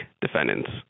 defendants